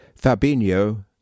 Fabinho